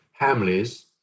Hamleys